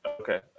Okay